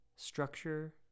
structure